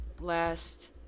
last